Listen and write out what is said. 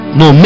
no